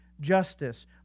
justice